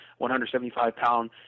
175-pound